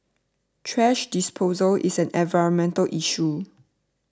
thrash disposal is an environmental issue